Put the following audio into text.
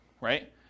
right